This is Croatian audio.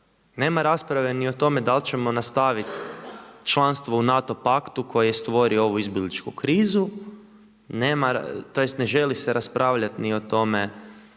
Nema rasprave ni o tome da li ćemo nastaviti članstvo u NATO paktu koji je stvorio ovu izbjegličku krizu, nema, tj. ne želi se raspravljati ni o tome